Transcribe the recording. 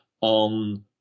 on